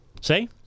Say